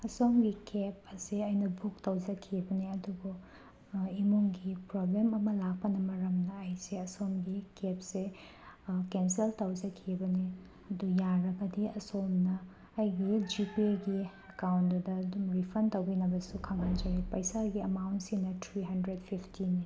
ꯑꯁꯣꯝꯒꯤ ꯀꯦꯕ ꯑꯁꯦ ꯑꯩꯅ ꯕꯨꯛ ꯇꯧꯖꯈꯤꯕꯅꯦ ꯑꯗꯨꯕꯨ ꯏꯃꯨꯡꯒꯤ ꯄ꯭ꯔꯣꯕ꯭ꯂꯦꯝ ꯑꯃ ꯂꯥꯛꯄꯅ ꯃꯔꯝꯅ ꯑꯩꯁꯦ ꯁꯣꯝꯒꯤ ꯀꯦꯕꯁꯦ ꯀꯦꯟꯁꯦꯜ ꯇꯧꯖꯈꯤꯕꯅꯦ ꯑꯗꯨ ꯌꯥꯔꯒꯗꯤ ꯑꯁꯣꯝꯅ ꯑꯩꯒꯤ ꯖꯤ ꯄꯦꯒꯤ ꯑꯦꯀꯥꯎꯟꯗꯨꯗ ꯑꯗꯨꯝ ꯔꯤꯐꯟ ꯇꯧꯕꯤꯅꯕꯁꯨ ꯈꯪꯍꯟꯖꯔꯤ ꯄꯩꯁꯥꯒꯤ ꯑꯦꯃꯥꯎꯟꯁꯤꯅ ꯊ꯭ꯔꯤ ꯍꯟꯗ꯭ꯔꯦꯗ ꯐꯤꯞꯇꯤꯅꯤ